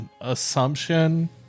assumption